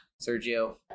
Sergio